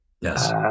Yes